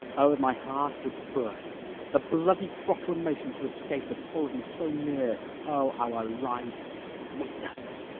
o that my heart would burst the bloody proclamation to escape, that follow'd me so near o, our lives' sweetness!